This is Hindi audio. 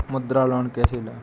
मुद्रा लोन कैसे ले?